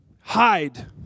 hide